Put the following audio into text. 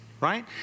right